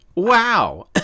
wow